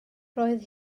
roedd